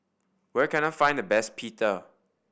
where can I find the best Pita